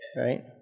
Right